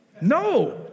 No